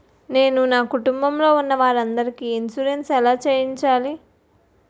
నేను నా కుటుంబం లొ ఉన్న వారి అందరికి ఇన్సురెన్స్ ఎలా చేయించాలి?